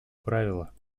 правила